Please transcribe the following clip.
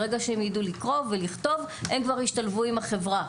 ברגע שהם יידעו לקרוא ולכתוב הם כבר ישתלבו עם החברה.